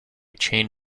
chain